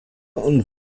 und